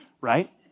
right